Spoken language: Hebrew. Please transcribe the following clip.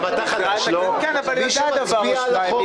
מי שמצביע על החוק,